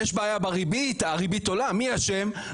יש בעיה בריבית, הריבית עולה, מי אשם?